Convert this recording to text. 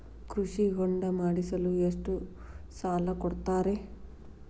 ಕೃಷಿ ಹೊಂಡ ಮಾಡಿಸಲು ಎಷ್ಟು ಸಾಲ ಕೊಡ್ತಾರೆ?